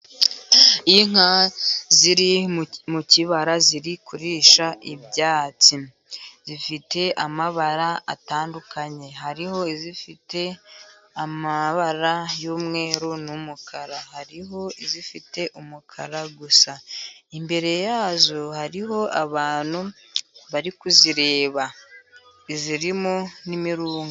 Inka ziri mu kibara ziri kurisha ibyatsi. Zifite amabara atandukanye. Hariho izifite amabara y'umweru n'umukara, hariho izifite umukara gusa. Imbere yazo hariho abantu bari kuzireba. Zirimo n'imirunga.